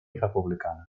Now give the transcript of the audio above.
republicana